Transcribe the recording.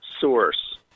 source